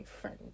friend